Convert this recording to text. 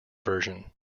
version